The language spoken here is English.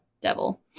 Devil